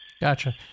Gotcha